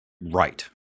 Right